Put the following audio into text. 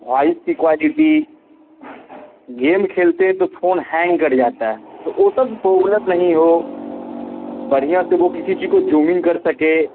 voice की quality game खेलते हैं तो फ़ोन हैंग कर जाता है तो वह सब प्रॉब्लम नहीं हो बढ़िया से वह किसी चीज़ को जूमिन कर सके